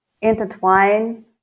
intertwine